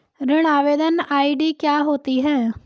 ऋण आवेदन आई.डी क्या होती है?